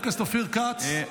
-- והאוטוסטרדה.